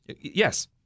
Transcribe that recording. Yes